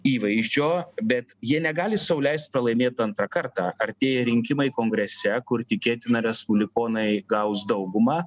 įvaizdžio bet jie negali sau leist pralaimėt antrą kartą artėja rinkimai kongrese kur tikėtina respublikonai gaus daugumą